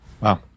Wow